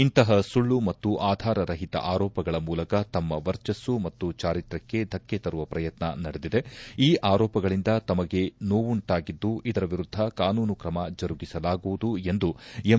ಇಂತಹ ಸುಳ್ಳು ಮತ್ತು ಆಧಾರರಹಿತ ಆರೋಪಗಳ ಮೂಲಕ ತಮ್ಮ ವರ್ಚಸ್ಲು ಮತ್ತು ಚಾರಿತ್ರ್ಕಕ್ಕೆ ಧಕ್ಕೆ ತರುವ ಪ್ರಯತ್ನ ನಡೆದಿದೆ ಈ ಆರೋಪಗಳಿಂದ ತಮಗೆ ನೋವುಂಟಾಗಿದ್ದು ಇದರ ವಿರುದ್ದ ಕಾನೂನು ತ್ರಮ ಜರುಗಿಸಲಾಗುವುದು ಎಂದು ಎಂ